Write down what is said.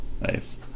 Nice